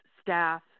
staff